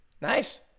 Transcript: Nice